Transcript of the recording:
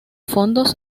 fondos